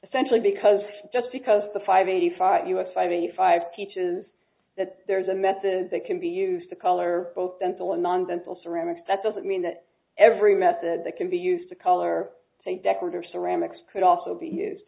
essentially because just because the five eighty five us five eighty five teaches that there's a method that can be used to color both dental and non dental ceramics that doesn't mean that every method that can be used to color a decorator ceramics could also be used